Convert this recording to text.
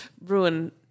ruin